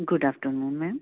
good afternoon ma'am